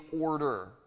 order